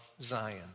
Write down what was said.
Zion